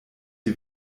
die